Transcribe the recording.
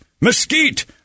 mesquite